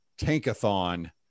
Tankathon